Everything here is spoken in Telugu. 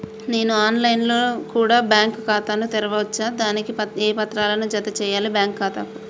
నేను ఆన్ లైన్ లో కూడా బ్యాంకు ఖాతా ను తెరవ వచ్చా? దానికి ఏ పత్రాలను జత చేయాలి బ్యాంకు ఖాతాకు?